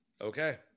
Okay